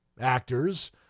actors